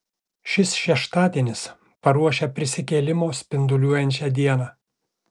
šis šeštadienis paruošia prisikėlimo spinduliuojančią dieną